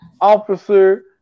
Officer